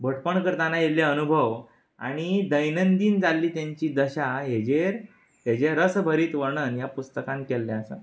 भटपण करताना येल्ले अनुभव आनी दैनंदीन जाल्ली तेंची दशा हेचेर हेचें रसभरीत वर्णन ह्या पुस्तकांत केल्लें आसा